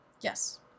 Yes